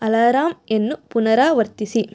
ಅಲಾರಾಮನ್ನು ಪುನರಾವರ್ತಿಸಿ